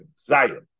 Zion